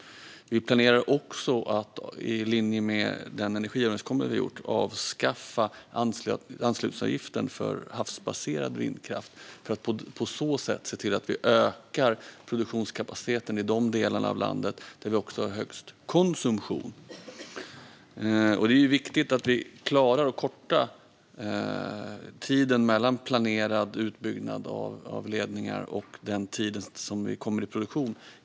Vi planerar också att, i linje med den energiöverenskommelse vi gjort, avskaffa anslutningsavgiften för havsbaserad vindkraft för att på så sätt se till att vi ökar produktionskapaciteten i de delar av landet där vi har högst konsumtion. Det är viktigt att vi klarar att korta tiden mellan planerad utbyggnad av ledningar och den tid som vi kommer i produktion.